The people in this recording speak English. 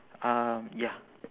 um ya